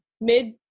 mid